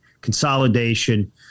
consolidation